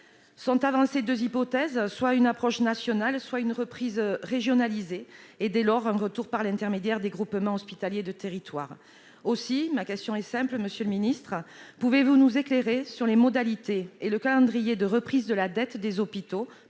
Sont avancées deux hypothèses : soit une approche nationale, soit une reprise régionalisée et, dès lors, un retour par l'intermédiaire des groupements hospitaliers de territoire. Aussi ma question est-elle simple, monsieur le ministre : pouvez-vous nous éclairer sur les modalités et le calendrier de reprise de la dette des hôpitaux